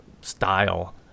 style